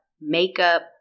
makeup